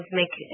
make